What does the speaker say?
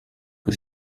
que